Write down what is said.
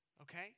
okay